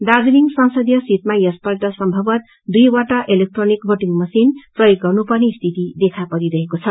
दार्जीलिङ संसदीय सीटमा यसपल्ट सम्भवत दुई वटा इलेक्ट्रोनिक वोटिंग मशिन प्रयोग गर्नपर्ने देखा परिरहेको छ